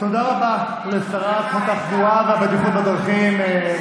מתקני תברואה (אינסטלציה ומערכות כיבוי אש).